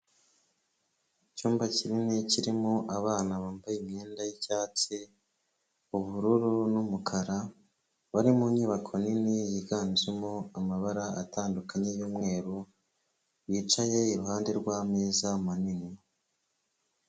Icyumba kinini kirimo abana bambaye imyenda y'icyatsi, ubururu n'umukara, bari mu nyubako nini yiganjemo amabara atandukanye y'umweru bicaye iruhande rw'ameza manini.